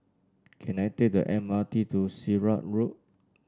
can I take the M R T to Sirat Road